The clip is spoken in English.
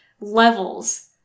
levels